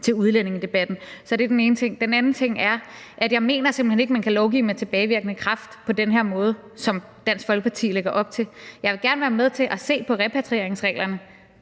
til udlændingedebatten. Det er den ene ting. Den anden ting er, at jeg simpelt hen ikke mener, at man kan lovgive med tilbagevirkende kraft på den her måde, som Dansk Folkeparti lægger op til. Jeg vil gerne være med til at se repatrieringsreglerne.